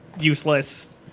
useless